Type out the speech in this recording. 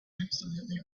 absolutely